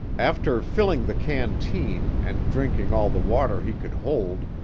after filling the canteen, and drinking all the water he could hold,